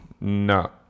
No